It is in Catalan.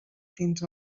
fins